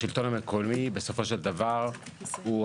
השלטון המקומי בסופו של דבר הוא,